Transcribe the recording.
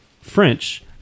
French